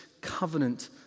covenant